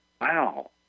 wow